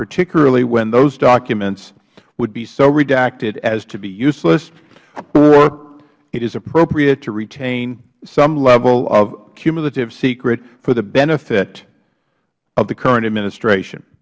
particularly when those documents would be so redacted as to be useless or it is appropriate to retain some level of cumulative secrets for the benefit of the current administration